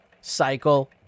cycle